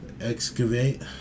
Excavate